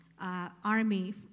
army